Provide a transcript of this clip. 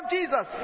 Jesus